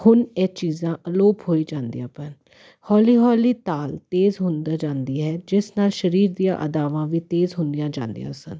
ਹੁਣ ਇਹ ਚੀਜ਼ਾਂ ਅਲੋਪ ਹੋਈ ਜਾਂਦੀਆਂ ਹਨ ਹੌਲੀ ਹੌਲੀ ਤਾਲ ਤੇਜ਼ ਹੁੰਦਾ ਜਾਂਦੀ ਹੈ ਜਿਸ ਨਾਲ ਸਰੀਰ ਦੀਆਂ ਅਦਾਵਾਂ ਵੀ ਤੇਜ਼ ਹੁੰਦੀਆਂ ਜਾਂਦੀਆਂ ਸਨ